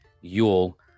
Yule